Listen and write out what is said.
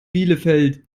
bielefeld